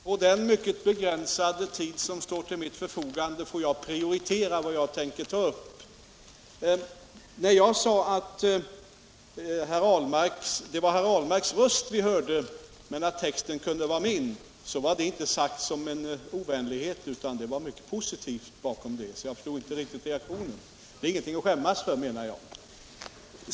Herr talman! Med den mycket begränsade tid som står till mitt förfogande får jag prioritera vad jag skall ta upp. När jag sade att det var herr Ahlmarks röst vi hörde men att texten kunde ha varit min var det inte avsett som en ovänlighet utan det var mycket positivt. Jag förstår därför inte alls reaktionen. Det är ingenting att skämmas för, menar jag.